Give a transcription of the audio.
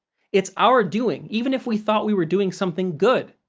it's our doing, even if we thought we were doing something good,